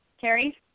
Carrie